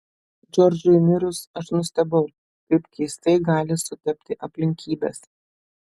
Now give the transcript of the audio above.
džordžui mirus aš nustebau kaip keistai gali sutapti aplinkybės